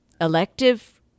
Elective